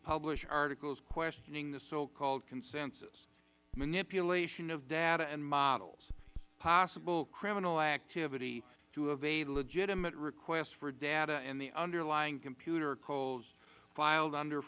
publish articles questioning the so called consensus manipulation of data and models possible criminal activity to evade legitimate requests for data and the underlying computer codes filed under